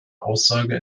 aussage